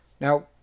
Now